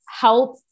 help